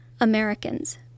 Americans